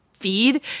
feed